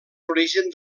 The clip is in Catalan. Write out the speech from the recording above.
l’origen